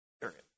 Period